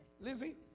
Lizzie